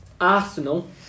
Arsenal